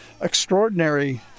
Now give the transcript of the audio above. extraordinary